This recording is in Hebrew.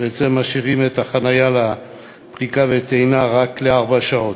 בעצם משאירים את החניה לפריקה ולטעינה רק לארבע שעות,